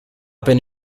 peine